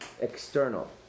External